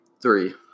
Three